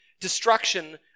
destruction